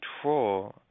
control